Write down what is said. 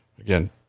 again